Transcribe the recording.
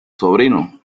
sobrino